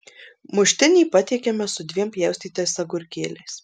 muštinį patiekiame su dviem pjaustytais agurkėliais